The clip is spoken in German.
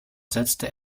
setzte